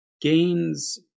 gains